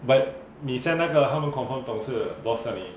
but 你 send 那个他们 confirm 懂是 boss 叫你